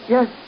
Yes